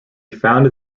founded